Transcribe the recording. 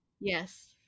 yes